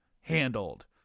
handled